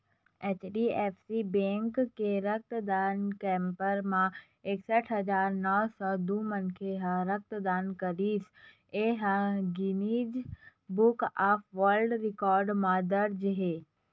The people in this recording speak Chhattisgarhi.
एच.डी.एफ.सी बेंक के रक्तदान कैम्प म एकसट हजार नव सौ दू मनखे ह रक्तदान करिस ए ह Guinness book of world record म दर्ज हे